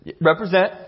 represent